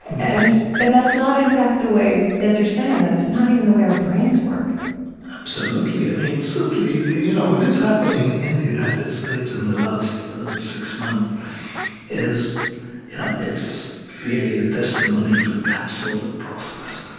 and and that's not, in fact, the way as you're saying, that's not even the way our brains work absolutely. i mean certainly, you know what is happening in the united states in the last six months is it's really a testimony to that sort of process.